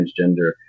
transgender